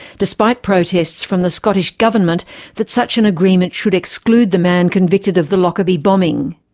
despite protests from the scottish government that such an agreement should exclude the man convicted of the lockerbie bombing.